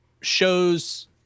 shows